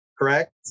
Correct